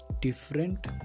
different